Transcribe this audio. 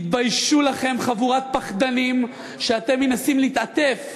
תתביישו לכם, חבורת פחדנים, שאתם מנסים להתעטף